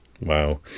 Wow